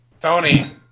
Tony